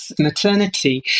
maternity